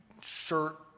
shirt